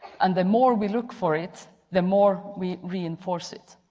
and the more we look for it, the more we reinforce it.